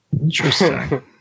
interesting